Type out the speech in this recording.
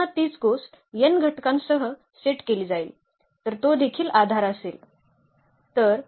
तर पुन्हा तीच गोष्ट n घटकांसह सेट केली जाईल तर तो देखील आधार असेल